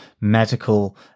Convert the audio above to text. medical